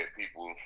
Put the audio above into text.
people